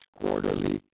quarterly